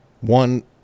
One